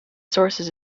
sources